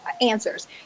answers